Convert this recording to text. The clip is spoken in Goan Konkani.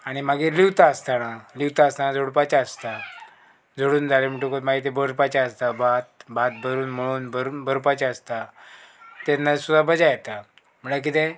आणी मागीर लिवता आसतना लिवता आसतना जोडपाचें आसता जोडून जालें म्हणटकच मागीर तें बरपाचें आसता भात भात भरून मळून बरो बरपाचें आसता तेन्ना सुद्दां मजा येता म्हळ्यार कितें